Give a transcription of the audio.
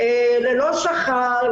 ללא שכר,